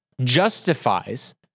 justifies